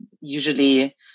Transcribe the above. usually